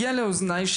הגיע לאוזניי,